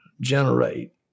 generate